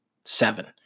Seven